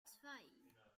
zwei